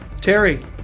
Terry